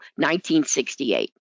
1968